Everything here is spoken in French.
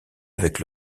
avec